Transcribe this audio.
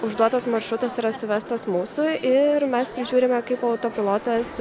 užduotas maršrutas yra suvestas mūsų ir mes prižiūrime kaip autopilotas